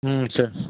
ம் சரி